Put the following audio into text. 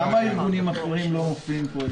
למה ארגונים אחרים לא מופיעים פה?